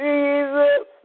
Jesus